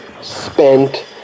spent